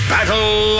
Battle